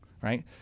right